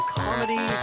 comedy